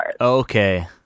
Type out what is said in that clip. Okay